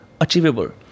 achievable